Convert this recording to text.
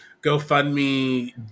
GoFundMe